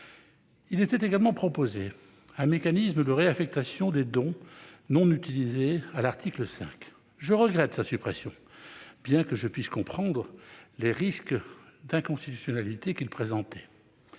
Il était également proposé à l'article 5 un mécanisme de réaffectation des dons non utilisés. Je regrette sa suppression, bien que je comprenne les risques d'inconstitutionnalité qu'il présente.